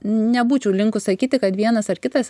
nebūčiau linkus sakyti kad vienas ar kitas